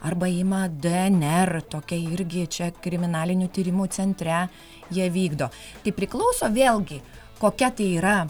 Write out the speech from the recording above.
arba ima dnr tokia irgi čia kriminalinių tyrimų centre jie vykdo tai priklauso vėlgi kokia tai yra